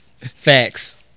Facts